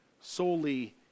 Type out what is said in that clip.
solely